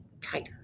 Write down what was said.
tighter